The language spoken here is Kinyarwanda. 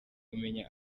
kumenya